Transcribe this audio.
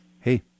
Hey